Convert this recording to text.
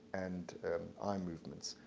and eye movements.